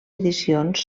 edicions